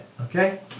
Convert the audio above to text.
Okay